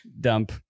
Dump